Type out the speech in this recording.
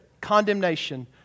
condemnation